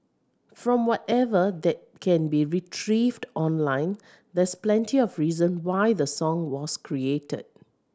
from whatever that can be retrieved online there's plenty of reason why the song was created